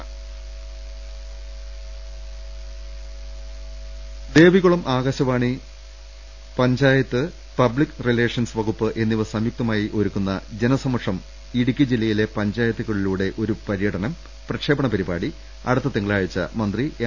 രദ്ദേഷ്ടങ Devikulam Akashvani panchayat public relations വകുപ്പ് എന്നിവ സംയുക്തമായി ഒരുക്കുന്ന ജനസമക്ഷം ഇടുക്കി ജില്ലയിലെ പഞ്ചാ യത്തുകളിലൂടെ ഒരു പര്യടനം പ്രക്ഷേപണ പരിപാട്ടി അടുത്ത തിങ്കളാഴ്ച മന്ത്രി എം